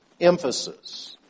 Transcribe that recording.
emphasis